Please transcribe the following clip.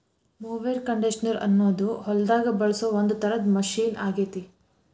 mower conditioner ಅನ್ನೋದು ಹೊಲದಾಗ ಬಳಸೋ ಒಂದ್ ತರದ ಮಷೇನ್ ಆಗೇತಿ